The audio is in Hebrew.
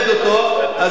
אז זה אומר דורשני.